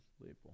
label